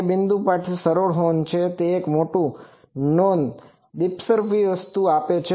તે બિંદુ માટે એક સરળ હોર્ન છે તે પણ એક નોન દીસ્પર્સીવ વસ્તુ આપે છે